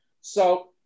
So-